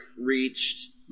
reached